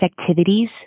activities